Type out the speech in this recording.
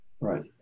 Right